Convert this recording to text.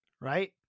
Right